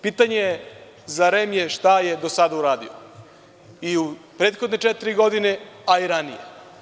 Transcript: Pitanje za REM je šta je do sada uradio i u prethodne četiri godine, a i ranije.